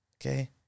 okay